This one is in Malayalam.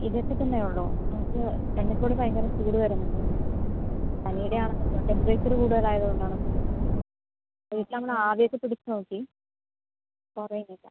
ഇതൊക്കെ തന്നെ ഉള്ളൂ നമുക്ക് തൊണ്ടയിൽക്കൂടി ഭയങ്കര ചൂട് വരുന്നുണ്ട് അപ്പം പനിയുടെ ആണോ അതോ ടെംപറേച്ചർ കൂടുതലായത് കൊണ്ട് ആണോ ഇപ്പം എങ്ങനെയാണ് ഇപ്പം വീട്ടിൽ നമ്മൾ ആവി ഒക്കെ പിടിച്ച് നോക്കി കുറയുന്നില്ല